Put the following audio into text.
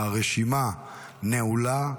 הרשימה נעולה.